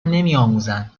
نمیآموزند